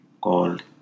called